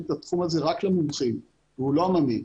את התחום הזה רק למומחים ולא להמונים.